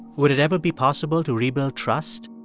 would it ever be possible to rebuild trust?